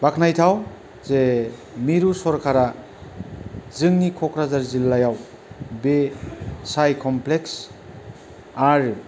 बाख्नायथाव जे मिरु सरखारा जोंनि क'क्राझार जिल्लायाव बे साय कमप्लेक्स आरो